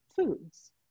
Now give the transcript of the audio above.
foods